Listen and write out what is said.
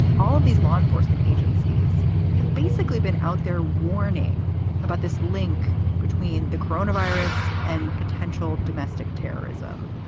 all of these law enforcement agencies have basically been out there warning about this link between the corona virus and potential domestic terrorism.